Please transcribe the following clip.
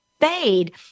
fade